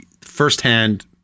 firsthand